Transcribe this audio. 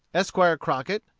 esquire crockett,